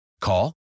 Call